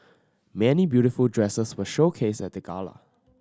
many beautiful dresses were showcased at the gala